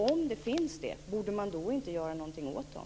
Om det finns det, borde man då inte göra någonting åt dem?